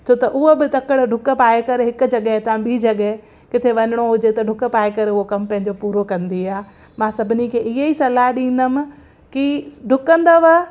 छो त हूअ बि तकिड़ ॾुक पाए करे हिकु जॻह था बि जॻह किथे वञिणो हुजे त ॾुक पाए करे उहो कम पंहिंजो पूरो कंदी आहे मां सभिनी खे ईअं ई सलाहु ॾींदमि की ॾुकंदव